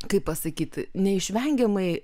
kaip pasakyt neišvengiamai